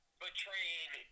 betrayed